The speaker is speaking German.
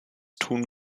tun